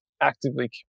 actively